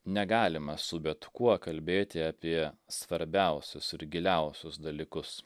negalima su bet kuo kalbėti apie svarbiausius ir giliausius dalykus